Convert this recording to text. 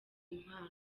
impano